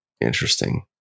Interesting